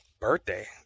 Birthday